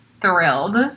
thrilled